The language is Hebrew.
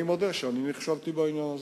אני מודה שנכשלתי בזה.